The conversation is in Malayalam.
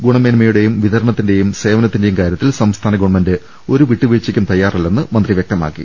ഗുണമേന്മയുടെയും വിതരണത്തിന്റെയും സേവ നത്തിന്റെയും കാര്യത്തിൽ സംസ്ഥാന ഗവൺമെന്റ് ഒരു വിട്ടുവീഴ്ചയക്കും തയ്യാറല്ലെന്ന് മന്ത്രി വൃക്തമാക്കി